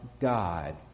God